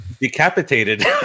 decapitated